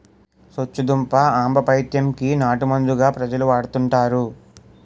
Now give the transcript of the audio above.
సొచ్చుదుంప ఆంబపైత్యం కి నాటుమందుగా ప్రజలు వాడుతుంటారు